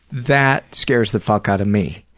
that scares the fuck outta me.